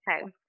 Okay